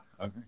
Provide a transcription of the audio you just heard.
Okay